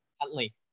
Huntley